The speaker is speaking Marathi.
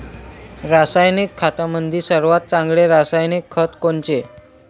रासायनिक खतामंदी सर्वात चांगले रासायनिक खत कोनचे?